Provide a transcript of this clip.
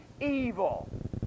evil